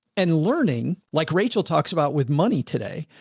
and learning like rachel talks about with money today,